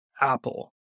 Apple